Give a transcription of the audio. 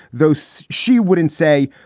though so she wouldn't say,